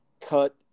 cut